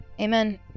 Amen